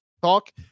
Talk